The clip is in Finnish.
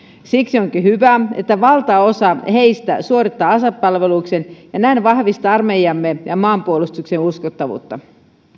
siksi onkin hyvä että valtaosa heistä suorittaa asepalveluksen ja näin vahvistaa armeijamme ja maanpuolustuksemme uskottavuutta